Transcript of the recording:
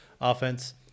offense